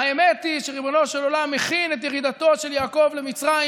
האמת היא שריבונו של עולם מכין את ירידתו של יעקב למצרים,